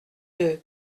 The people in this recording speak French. deux